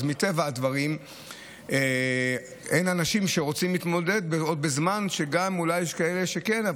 אז מטבע הדברים אין אנשים שרוצים להתמודד בזמן שיש כאלה שכן,